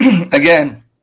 again